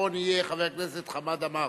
ואחרון יהיה חבר הכנסת חמד עמאר,